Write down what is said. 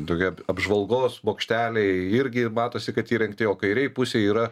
tokie apžvalgos bokšteliai irgi matosi kad įrengti o kairėj pusėj yra